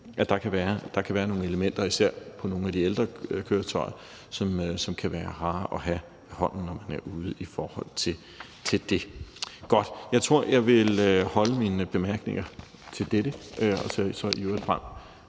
at der kan være nogle elementer, især på nogle af de ældre køretøjer, som kan være rare at have ved hånden, når man er ude i forhold til det. Godt – jeg tror, jeg vil holde med mine bemærkninger til dette, og så ser jeg i øvrigt frem